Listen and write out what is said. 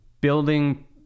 building